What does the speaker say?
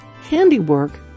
handiwork